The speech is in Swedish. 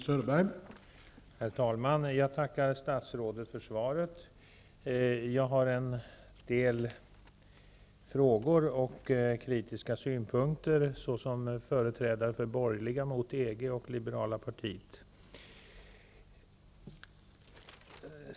Herr talman! Jag tackar statsrådet för svaret. Som företrädare för Borgerliga mot EG och Liberala partiet har jag en del frågor och kritiska synpunkter.